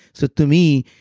so to me,